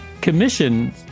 Commission